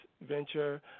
venture